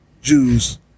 Jews